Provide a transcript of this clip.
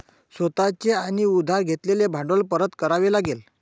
स्वतः चे आणि उधार घेतलेले भांडवल परत करावे लागेल